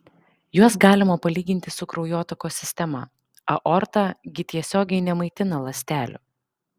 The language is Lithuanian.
juos galima palyginti su kraujotakos sistema aorta gi tiesiogiai nemaitina ląstelių